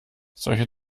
solche